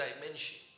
dimension